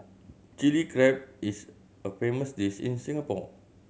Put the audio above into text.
Chilli Crab is a famous dish in Singapore